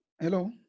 hello